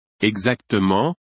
Exactement